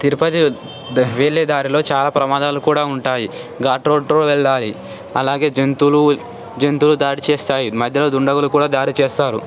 తిరుపతి వెళ్లేదారిలో చాలా ప్రమాదాలు కూడా ఉంటాయి ఘాట్ రోడ్లో వెళ్లాలి అలాగే జంతువులు జంతువులు దాడి చేస్తాయి మధ్యలో దుండగులు కూడా దాడి చేస్తారు